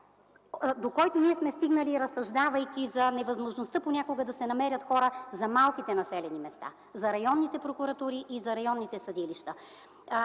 до който ние сме стигнали, разсъждавайки за невъзможността понякога да се намерят хора за малките населени места, за районните прокуратури, за районните съдилища.